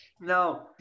no